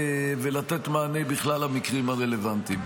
ולתת מענה בכלל המקרים הרלוונטיים.